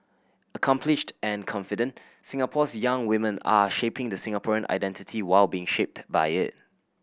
accomplished and confident Singapore's young women are shaping the Singaporean identity while being shaped by it